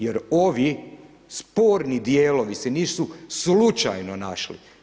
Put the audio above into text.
Jer ovi sporni dijelovi se nisu slučajno našli.